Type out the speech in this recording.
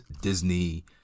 Disney